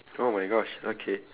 oh my gosh okay